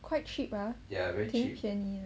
quite cheap ah 挺便宜的